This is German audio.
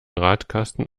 radkasten